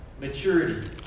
maturity